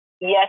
Yes